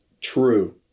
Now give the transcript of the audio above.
true